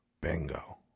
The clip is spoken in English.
bingo